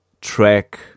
track